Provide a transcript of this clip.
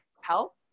help